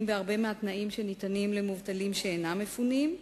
בהרבה מהתנאים שניתנים למובטלים שאינם מפונים,